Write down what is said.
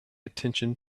attention